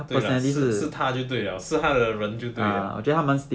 对 lah 是是她就对 liao 是她的人就对 liao